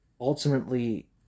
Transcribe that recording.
ultimately